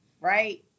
right